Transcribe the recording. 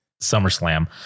SummerSlam